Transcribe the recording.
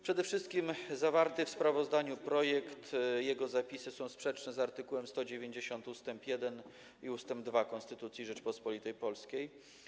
Przede wszystkim zawarty w sprawozdaniu projekt, jego zapisy są sprzeczne z art. 190 ust. 1 i ust. 2 Konstytucji Rzeczypospolitej Polskiej.